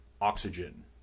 Oxygen